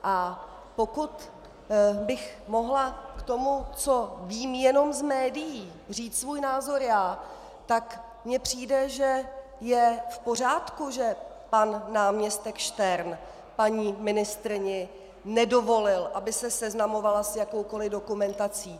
A pokud bych mohla k tomu, co vím jenom z médií, říct svůj názor já, tak mně přijde, že je v pořádku, že pan náměstek Štern paní ministryni nedovolil, aby se seznamovala s jakoukoli dokumentací.